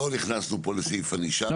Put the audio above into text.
לא נכנסנו פה לסעיף ענישה.